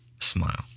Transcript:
smile